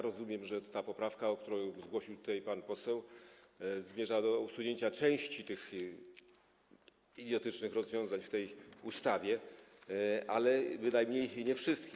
Rozumiem, że poprawka, którą zgłosił tutaj pan poseł, zmierza do usunięcia części tych idiotycznych rozwiązań w tej ustawie, ale bynajmniej nie wszystkich.